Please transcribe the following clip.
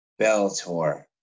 Bellator